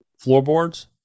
floorboards